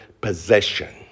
possession